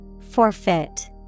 Forfeit